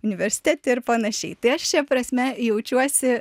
universitete ir panašiai tai aš šia prasme jaučiuosi